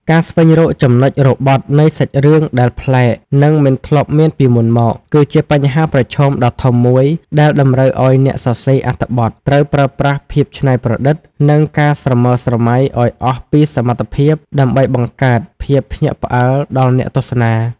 ការស្វែងរកចំណុចរបត់នៃសាច់រឿងដែលប្លែក និងមិនធ្លាប់មានពីមុនមក គឺជាបញ្ហាប្រឈមដ៏ធំមួយដែលតម្រូវឱ្យអ្នកសរសេរអត្ថបទត្រូវប្រើប្រាស់ភាពច្នៃប្រឌិត និងការស្រមើស្រមៃឱ្យអស់ពីសមត្ថភាពដើម្បីបង្កើតភាពភ្ញាក់ផ្អើលដល់អ្នកទស្សនា។